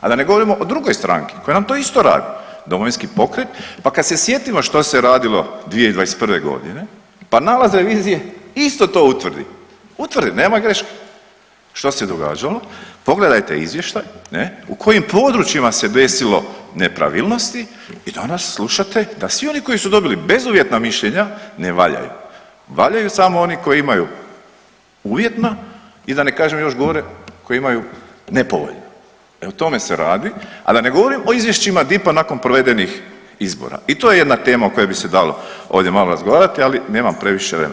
A da ne govorimo o drugoj stranki koja nam to isto radi, Domovinski pokret, pa kad se sjetimo što se radilo 2021.g., pa nalaz revizije isto to utvrdi, utvrdi, nema greške, što se događalo, pogledajte izvještaj ne, u kojim područjima se desilo nepravilnosti i danas slušate da svi oni koji su dobili bezuvjetna mišljenja ne valjaju, valjaju samo oni koji imaju uvjetna i da ne kažem još gore koji imaju nepovoljna, e o tome se radi, a da ne govorim o izvješćima DIP-a nakon provedenih izbora i to je jedna tema o kojoj bi se dalo ovdje malo razgovarati, ali nemam previše vremena.